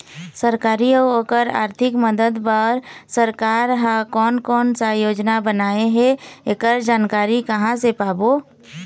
सरकारी अउ ओकर आरथिक मदद बार सरकार हा कोन कौन सा योजना बनाए हे ऐकर जानकारी कहां से पाबो?